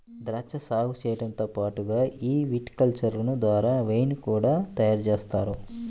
ద్రాక్షా సాగు చేయడంతో పాటుగా ఈ విటికల్చర్ ద్వారా వైన్ ని కూడా తయారుజేస్తారు